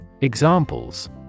Examples